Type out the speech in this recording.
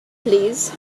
plîs